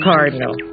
Cardinal